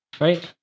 right